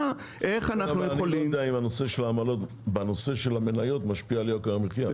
אני לא יודע אם נושא העמלות בנושא של המניות משפיע על יוקר המחיה.